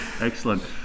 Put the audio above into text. Excellent